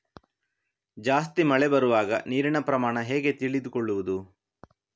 ಜಾಸ್ತಿ ಮಳೆ ಬರುವಾಗ ನೀರಿನ ಪ್ರಮಾಣ ಹೇಗೆ ತಿಳಿದುಕೊಳ್ಳುವುದು?